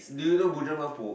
do you know bujang lapok